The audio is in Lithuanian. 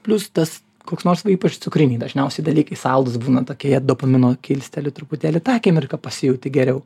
plius tas koks nors va ypač cukriniai dažniausiai dalykai saldūs būna tokie jie dopamino kilsteli truputėlį tą akimirką pasijauti geriau